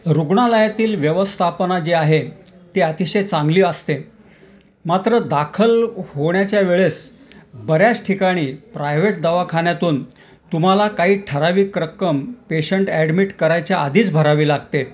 रुग्णालयातील व्यवस्थापना जी आहे ती अतिशय चांगली असते मात्र दाखल होण्याच्या वेळेस बऱ्याच ठिकाणी प्रायव्हेट दवाखान्यातून तुम्हाला काही ठराविक रक्कम पेशंट ॲडमिट करायच्या आधीच भरावी लागते